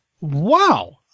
Wow